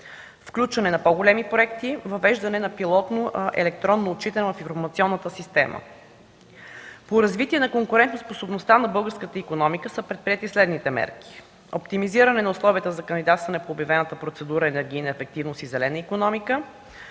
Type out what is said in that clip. включване на по-големи проекти, въвеждане на пилотно електронно отчитане от информационната система. По „Развитие на конкурентоспособността на българската икономика” са предприети следните мерки: оптимизиране на условията за кандидатстване по обявената процедура „енергийна ефективност и зелена икономика”,